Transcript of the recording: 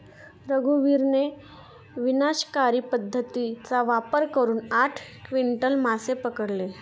रघुवीरने विनाशकारी पद्धतीचा वापर करून आठ क्विंटल मासे पकडले